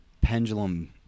pendulum